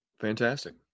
Fantastic